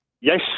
Yes